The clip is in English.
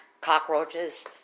cockroaches